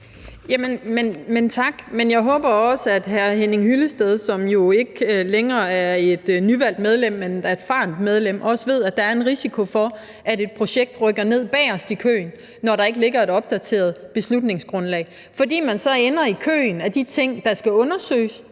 Tak. Men jeg håber også, at hr. Henning Hyllested, som jo ikke længere er et nyvalgt medlem, men et erfarent medlem, også ved, at der er en risiko for, at et projekt rykker ned bagest i køen, når der ikke ligger et opdateret beslutningsgrundlag, fordi man så ender i køen af de ting, der skal undersøges,